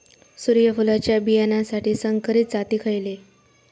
सूर्यफुलाच्या बियानासाठी संकरित जाती खयले?